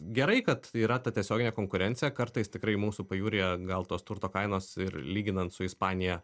gerai kad yra ta tiesioginė konkurencija kartais tikrai mūsų pajūryje gal tos turto kainos ir lyginant su ispanija